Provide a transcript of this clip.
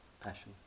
passion